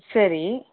சரி